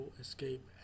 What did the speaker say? escape